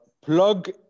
plug